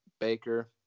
Baker